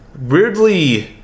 weirdly